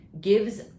gives